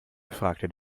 fragte